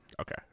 Okay